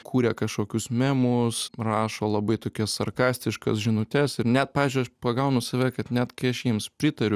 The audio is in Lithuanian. kuria kašokius memus rašo labai tokias sarkastiškas žinutes ir net pažiui aš pagaunu save kad net kai aš jiems pritariu